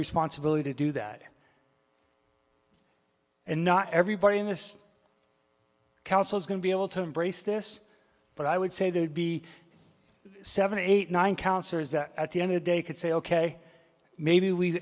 responsibility to do that and not everybody in this council is going to be able to embrace this but i would say that would be seven eight nine counts or is that at the end of the day you could say ok maybe we